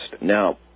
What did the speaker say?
now